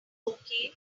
okay